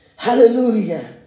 Hallelujah